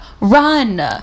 run